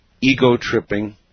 ego-tripping